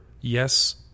yes